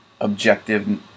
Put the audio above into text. objective